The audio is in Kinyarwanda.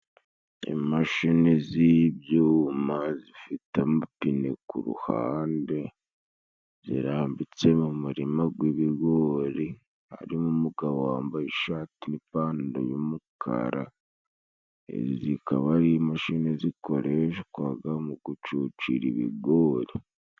Imashini z'ibyuma zifite amapine ku ruhande zirambitse mu murima gw'ibigori ,harimo umugabo wambaye ishati n'ipantaro y'umukara, izi zikaba ari imashini zikoreshwaga mu gucucira ibigori.